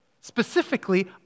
Specifically